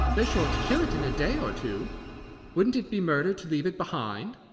they're sure to kill it in a day or two wouldn't it be murder to leave it behind?